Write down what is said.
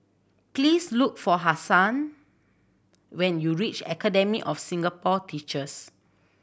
please look for Hazen when you reach Academy of Singapore Teachers